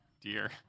Dear